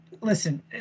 listen